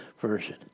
Version